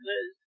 Liz